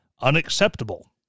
unacceptable